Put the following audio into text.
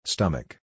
Stomach